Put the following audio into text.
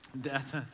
death